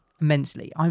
immensely